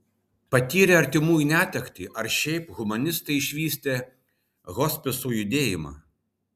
patyrę artimųjų netektį ir šiaip humanistai išvystė hospisų judėjimą